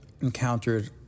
encountered